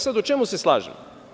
Sad, u čemu se slažemo?